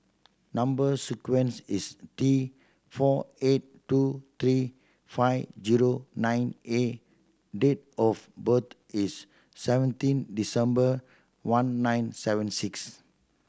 number sequence is T four eight two three five zero nine A date of birth is seventeen December one nine seven six